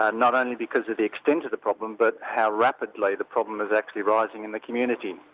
ah not only because of the extent of the problem but how rapidly the problem is actually rising in the community.